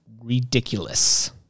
ridiculous